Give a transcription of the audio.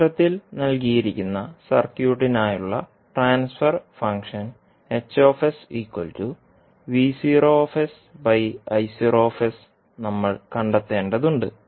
ചിത്രത്തിൽ നൽകിയിരിക്കുന്ന സർക്യൂട്ടിനായുള്ള ട്രാൻസ്ഫർ ഫംഗ്ഷൻ നമ്മൾ കണ്ടെത്തേണ്ടതുണ്ട്